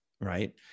right